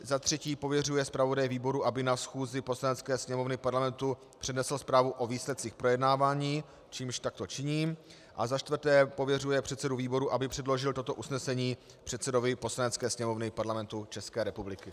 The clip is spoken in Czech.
za třetí pověřuje zpravodaje výboru, aby na schůzi Poslanecké sněmovny Parlamentu přednesl zprávu o výsledcích projednávání čímž takto činím, a za čtvrté pověřuje předsedu výboru, aby předložil toto usnesení předsedovi Poslanecké sněmovny Parlamentu České republiky.